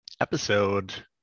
episode